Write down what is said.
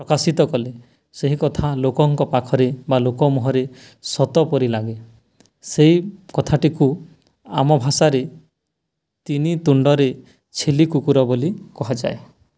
ପ୍ରକାଶିତ କଲେ ସେହି କଥା ଲୋକଙ୍କ ପାଖରେ ବା ଲୋକ ମୁହଁରେ ସତ ପରି ଲାଗେ ସେଇ କଥାଟିକୁ ଆମ ଭାଷାରେ ତିନି ତୁଣ୍ଡରେ ଛେଲି କୁକୁର ବୋଲି କୁହାଯାଏ